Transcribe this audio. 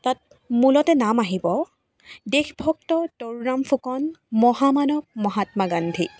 তাত মূলতে নাম আহিব দেশভক্ত তৰুণৰাম ফুকন মহামানৱ মহাত্মা গান্ধী